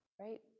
Right